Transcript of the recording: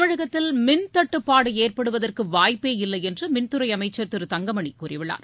தமிழகத்தில் மின் தட்டுப்பாடு ஏற்படுவதற்கு வாய்ப்பே இல்லை என்று மின்துறை அமைச்சா் திரு தங்கமணி கூறியுள்ளார்